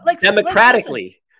democratically